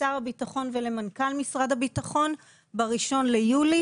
לשר הביטחון ולמנכ"ל משרד הביטחון ב-1 ביולי,